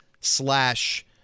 slash